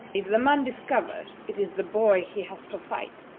if the man discovers it is the boy he has to fight,